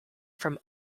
from